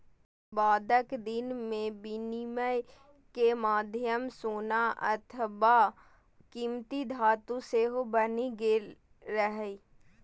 बादक दिन मे विनिमय के माध्यम सोना अथवा कीमती धातु सेहो बनि गेल रहै